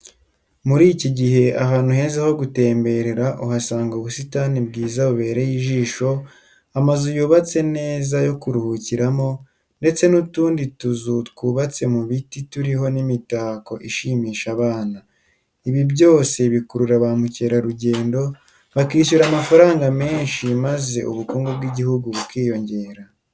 Muri iki gihe, ahantu heza ho gutemberera uhasanga ubusitani bwiza bubereye ijisho, amazu yubatse neza yo kuruhukiramo ndetse n'utundi tuzu twubatse mu biti turiho n'imitako ishimisha abana. Ibi byose bikurura ba mukerarugendo bakishyura amafaranga menshi maze ubukungu bw'igihugu bukiyongera.